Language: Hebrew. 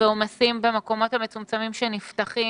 ועומסים במקומות המצומצמים שנפתחים,